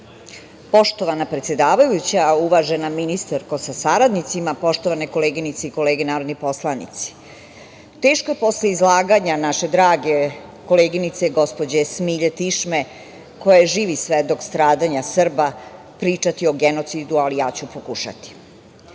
Poštovana predsedavajuća, uvažena ministarko sa saradnicima, poštovane koleginice i kolege narodni poslanici, teško je posle izlaganja naše drage koleginice gospođe Smilje Tišme, koja je živi svedok stradanja Srba, pričati o genocidu, ali ja ću pokušati. Podsetiću